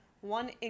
one